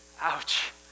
Ouch